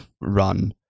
run